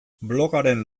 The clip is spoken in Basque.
blogaren